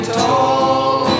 tall